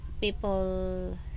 people